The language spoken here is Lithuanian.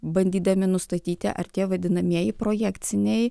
bandydami nustatyti ar tie vadinamieji projekciniai